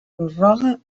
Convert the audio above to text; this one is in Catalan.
prorroga